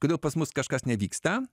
kodėl pas mus kažkas nevyksta